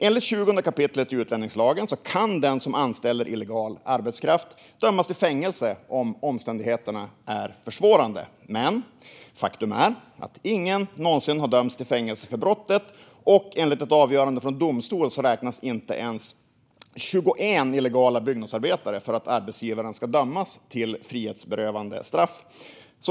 Enligt 20 kap. utlänningslagen kan den som anställer illegal arbetskraft dömas till fängelse om omständigheterna är försvårande, men faktum är att ingen någonsin har dömts till fängelse för det brottet. Enligt ett avgörande i domstol räknas inte ens 21 illegala byggnadsarbetare som tillräckligt för att arbetsgivaren ska dömas till frihetsberövande straff.